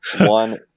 one